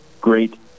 great